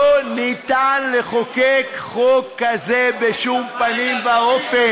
לא ניתן, לחוקק חוק כזה בשום פנים ואופן.